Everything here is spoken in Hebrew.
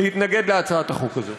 להתנגד להצעת החוק הזאת.